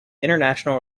international